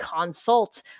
consult